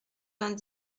vingt